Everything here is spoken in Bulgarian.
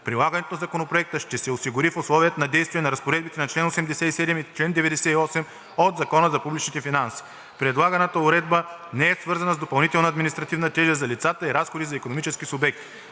Прилагането на Законопроекта ще се осигури в условията на действие на разпоредбите на чл. 87 и чл. 98 от Закона за публичните финанси. Предлаганата уредба не е свързана с допълнителна административна тежест за лицата и разходи за икономическите субекти.